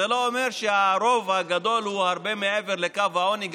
זה לא אומר שהרוב הגדול הוא הרבה מעבר לקו העוני,